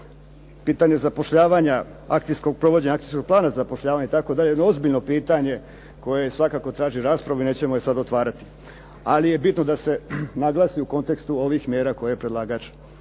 Pitanje zapošljavanja, provođenja akcijskog plana zapošljavanja itd., jedno ozbiljno pitanje koje svakako traži raspravu i nećemo je sad otvarati. Ali je bitno da se naglasi u kontekstu ovih mjera koje predlagač